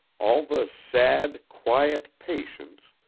all the sad, quiet patience,